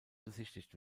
besichtigt